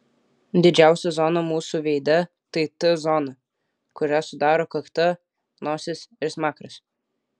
didžiausia zona mūsų veide tai t zona kurią sudaro kakta nosis ir smakras